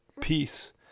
peace